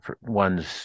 ones